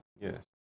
yes